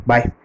Bye